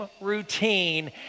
routine